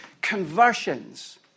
conversions